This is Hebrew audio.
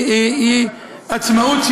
היא עצמאות,